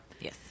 Yes